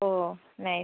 അ nice